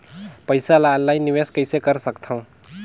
पईसा ल ऑनलाइन निवेश कइसे कर सकथव?